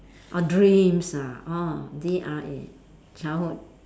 oh dreams ah orh they are err childhood